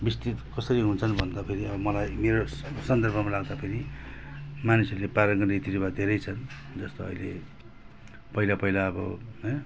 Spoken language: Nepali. विस्तृत कसरी हुन्छन् भन्दाखेरि अब मलाई मेरो सन्दर्भमा राख्दाखेरि मानिसहरूले पालन गर्ने रीतिरिवाज धेरै छन् जस्तो अहिले पहिला पहिला अब हँ